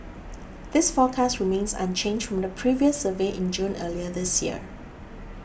this forecast remains unchanged from the previous survey in June earlier this year